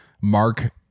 Mark